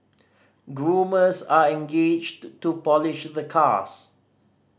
groomers are engaged to polish the cars